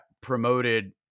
promoted